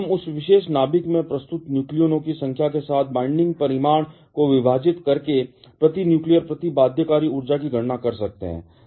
हम उस विशेष नाभिक में प्रस्तुत न्यूक्लियनों की संख्या के साथ बाइंडिंग परिमाण को विभाजित करके प्रति न्यूक्लियर प्रति बाध्यकारी ऊर्जा की गणना कर सकते हैं